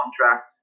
contract